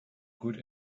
good